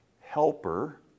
helper